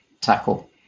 tackle